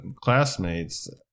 classmates